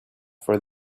for